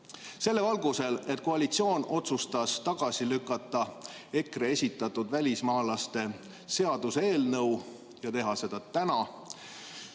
Selles valguses, et koalitsioon otsustas tagasi lükata EKRE esitatud välismaalaste seaduse eelnõu – ja teha seda täna